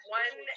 one